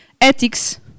ethics